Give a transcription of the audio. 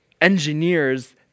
engineers